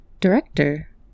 Director